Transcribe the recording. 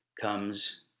comes